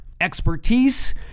expertise